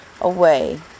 away